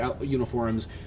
uniforms